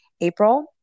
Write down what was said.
April